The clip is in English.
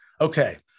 Okay